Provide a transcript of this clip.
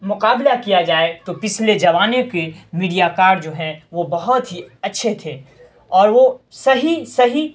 مقابلہ کیا جائے تو پچھلے جمانے کے میڈیا کار جو ہے وہ بہت ہی اچّھے تھے اور وہ صحیح صحیح